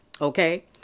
okay